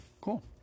Cool